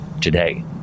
today